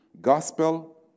gospel